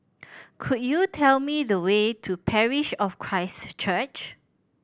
could you tell me the way to Parish of Christ Church